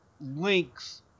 links